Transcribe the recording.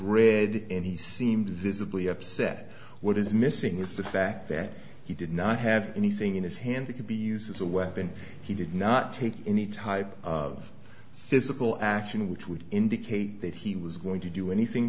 red and he seemed visibly upset what is missing is the fact that he did not have anything in his hand that could be used as a weapon he did not take any type of physical action which would indicate that he was going to do anything